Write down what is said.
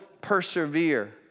persevere